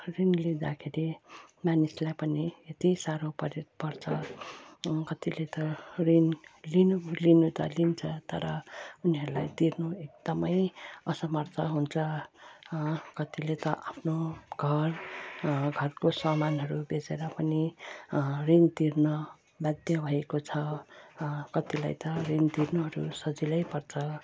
ऋण लिँदाखेरि मानिसलाई पनि यति साह्रो परे पर्छ कतिले त ऋण लिनु लिनु त लिन्छ तर उनीहरूलाई तिर्नु एकदमै असमर्थ हुन्छ कतिले त आफ्नो घर घरको सामानहरू बेचेर पनि ऋण तिर्न बाध्य भएको छ कतिलाई त ऋण तिर्नुहरू सजिलै पर्छ